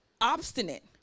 obstinate